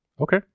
Okay